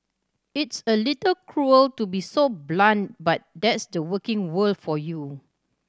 it's a little cruel to be so blunt but that's the working world for you